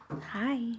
Hi